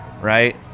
right